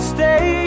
stay